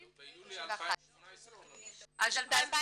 51. ב-2017,